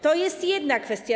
To jest jedna kwestia.